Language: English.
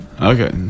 Okay